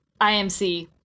IMC